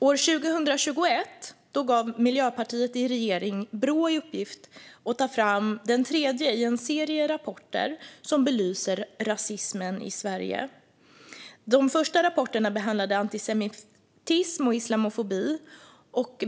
År 2021 gav Miljöpartiet i regering Brå i uppgift att ta fram den tredje i en serie rapporter som belyser rasismen i Sverige. De första rapporterna behandlade antisemitism och islamofobi.